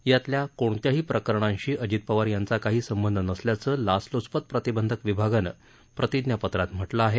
यातल्या कोणत्याही प्रकरणांशी अजित पवार यांचा काही संबंध नसल्याचं लाचलूचपत प्रतिबंधक विभागानं प्रतिज्ञापत्रात म्हटलं आहे